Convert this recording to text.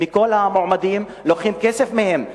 כל המועמדים, לוקחים מהם כסף.